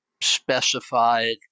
specified